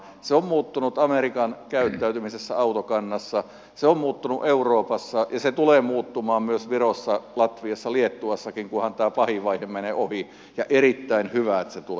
se on muuttunut amerikan käyttäytymisessä autokannassa se on muuttunut euroopassa ja se tulee muuttumaan myös virossa latviassa liettuassakin kunhan tämä pahin vaihe menee ohi ja erittäin hyvät satu